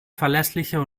verlässliche